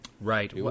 Right